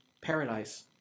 paradise